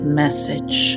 message